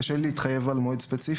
קשה לי להתחייב על מועד ספציפי.